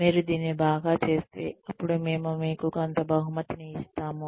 మీరు దీన్ని బాగా చేస్తే అప్పుడు మేము మీకు కొంత బహుమతిని ఇస్తాము